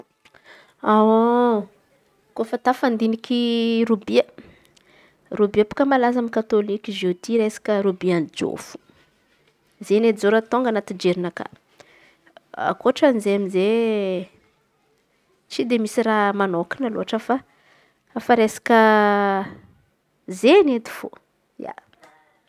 Kôfa tafandiniky robia. Robia bôaka malaza amy katôliky zao ty robia izen̈y jery ataony anaty jerinakà. Ankôtrany izen̈y tsy dia misy raha manokan̈a fa izen̈y edy fô